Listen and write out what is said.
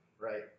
right